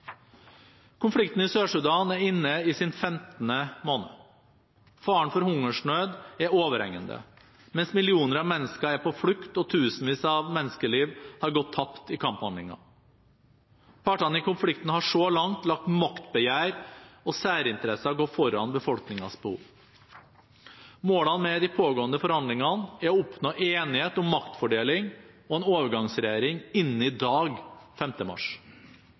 Konflikten i Sør-Sudan er inne i sin 15. måned. Faren for hungersnød er overhengende mens millioner av mennesker er på flukt og tusenvis av menneskeliv har gått tapt i kamphandlinger. Partene i konflikten har så langt latt maktbegjær og særinteresser gå foran befolkningens behov. Målet med de pågående forhandlingene er å oppnå enighet om maktfordeling og en overgangsregjering innen i dag, 5. mars.